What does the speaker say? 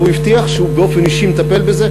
והוא הבטיח שהוא באופן אישי מטפל בזה,